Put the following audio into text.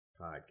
podcast